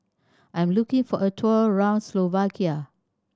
I'm looking for a tour around Slovakia